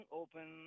open